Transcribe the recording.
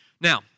Now